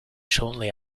shortly